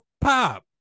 pop